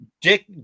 Dick